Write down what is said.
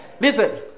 Listen